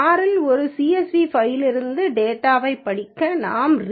R இல் ஒரு csv ஃபைலிலிருந்து டேட்டாவைப் படிக்க நாம் read